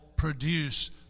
Produce